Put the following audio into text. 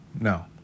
no